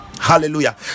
Hallelujah